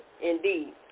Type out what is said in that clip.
indeed